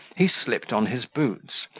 he slipped on his boots,